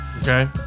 Okay